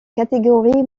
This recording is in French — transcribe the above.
catégorie